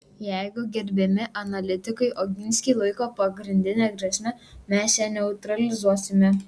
jeigu gerbiami analitikai oginskį laiko pagrindine grėsme mes ją neutralizuosime